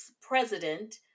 president